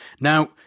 Now